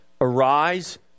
Arise